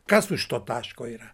kas už to taško yra